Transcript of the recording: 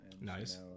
Nice